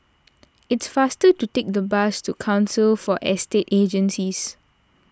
it's faster to take the bus to Council for Estate Agencies